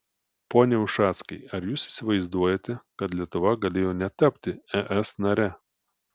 pone ušackai ar jūs įsivaizduojate kad lietuva galėjo netapti es nare